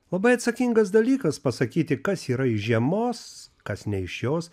labai atsakingas dalykas pasakyti kas yra iš žiemos kas ne iš jos